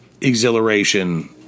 exhilaration